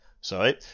sorry